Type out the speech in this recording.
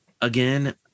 again